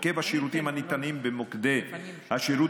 היקף השירותים הניתנים במוקדי השירות